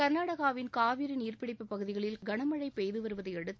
கர்நாடகாவின் காவிரிநீர்பிடிப்புப் பகுதிகளில் கனமழைபெய்துவருவதையடுத்து